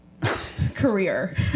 career